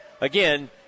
Again